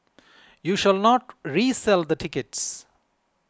you shall not resell the tickets